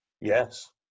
Yes